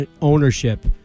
ownership